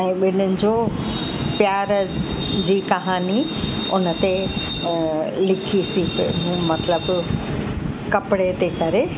ऐं ॿिन्हिनि जो प्यार जी कहानी हुन ते लिखीसीं मतिलबु कपिड़े ते पहिरें